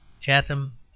Chatham